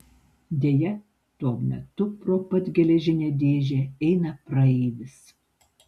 deja tuo metu pro pat geležinę dėžę eina praeivis